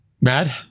Mad